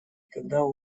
когда